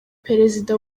perezida